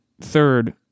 third